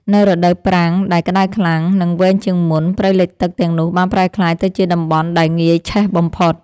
នៅរដូវប្រាំងដែលក្ដៅខ្លាំង និងវែងជាងមុន ព្រៃលិចទឹកទាំងនោះបានប្រែក្លាយទៅជាតំបន់ដែលងាយឆេះបំផុត។